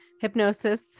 hypnosis